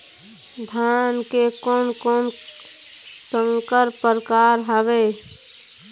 धान के कोन कोन संकर परकार हावे?